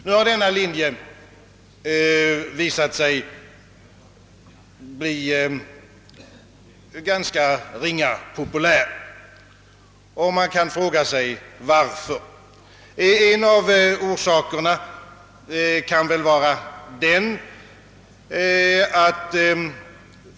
Nu har denna linje visat sig bli föga populär.